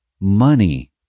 money